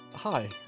Hi